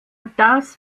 das